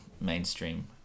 mainstream